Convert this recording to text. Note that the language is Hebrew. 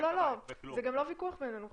לא, זה גם לא ויכוח בינינו.